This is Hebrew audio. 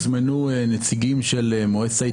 לא נצליח לסגור פה את